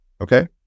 okay